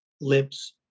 Lips